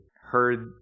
heard